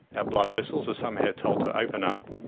ah blood vessels are somehow told to open up,